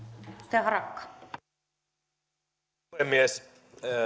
arvoisa puhemies